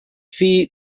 fill